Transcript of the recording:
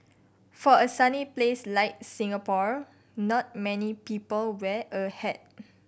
for a sunny place like Singapore not many people wear a hat